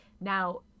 Now